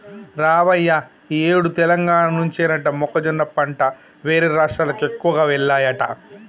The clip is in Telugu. రావయ్య ఈ ఏడు తెలంగాణ నుంచేనట మొక్కజొన్న పంట వేరే రాష్ట్రాలకు ఎక్కువగా వెల్లాయట